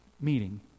meeting